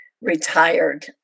retired